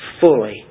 fully